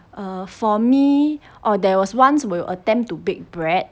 um for me oh there was once we attempt to bake bread